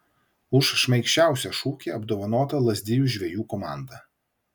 už šmaikščiausią šūkį apdovanota lazdijų žvejų komanda